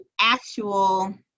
actual